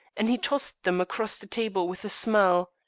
and he tossed them across the table with a smile.